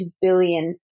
billion